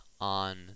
on